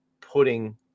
putting